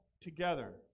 together